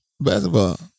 Basketball